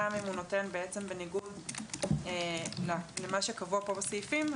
גם אם הוא נותן בניגוד למה שקבוע פה בסעיפים,